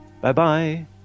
Bye-bye